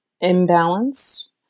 imbalance